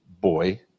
boy